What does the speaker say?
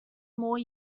more